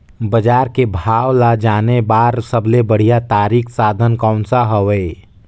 बजार के भाव ला जाने बार सबले बढ़िया तारिक साधन कोन सा हवय?